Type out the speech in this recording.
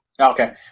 okay